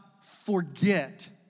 forget